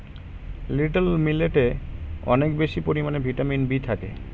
little মিলেটে অনেক বেশি পরিমাণে ভিটামিন বি থাকে